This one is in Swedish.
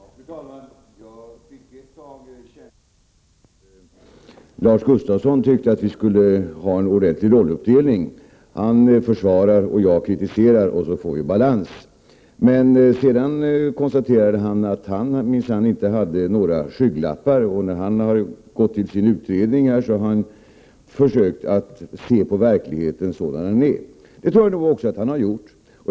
Fru talman! Jag fick en känsla av att Lars Gustafsson tyckte att vi skulle ha en ordentlig rolluppdelning: Jag kritiserar och han försvarar, så får vi balans. Sedan säger han att han minsann inte hade några skygglappar. När han har gjort sina utredningar har han försökt se på verkligheten sådan den är. Det tror jag också han har gjort.